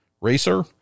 racer